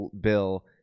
bill